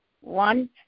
one